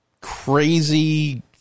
crazy